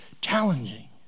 challenging